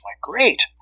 great